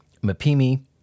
Mapimi